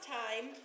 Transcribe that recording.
time